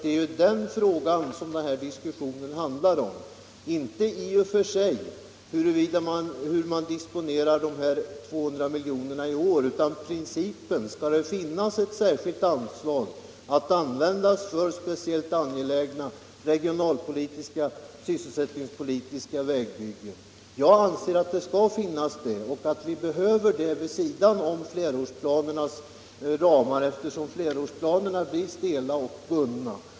Det är ju den frågan som den här diskussionen handlar om. Vi diskuterar inte hur man i och för sig disponerar dessa 200 miljoner i år utan principen: Skall det finnas ett särskilt anslag att använda för speciellt angelägna regionalpolitiska sysselsättningspolitiska vägbyggen? Jag anser att vi behöver det vid sidan om flerårsplanernas ramar, eftersom flerårsplanerna blir stela och bundna.